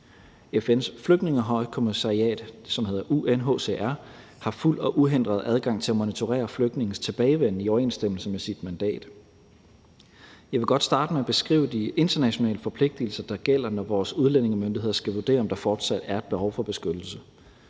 FN's Flygtningehøjkommissariat, UNHCR, har fuld og uhindret adgang til at monitorere flygtningenes tilbagevenden i overensstemmelse med sit mandat. Jeg vil godt starte med at beskrive de internationale forpligtelser, der gælder, når vores udlændingemyndigheder skal vurdere, om der fortsat er et behov for beskyttelse,